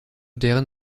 deren